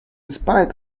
spite